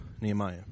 Nehemiah